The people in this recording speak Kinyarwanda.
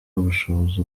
ubushobozi